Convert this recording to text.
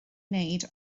wneud